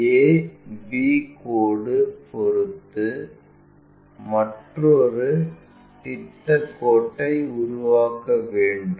a b கோடு பொருத்து மற்றொரு திட்டக் கோட்டை உருவாக்க வேண்டும்